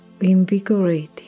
invigorating